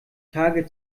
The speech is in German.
tage